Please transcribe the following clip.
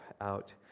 out